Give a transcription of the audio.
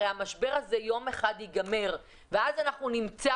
הרי המשבר הזה יום אחד ייגמר ואז נמצא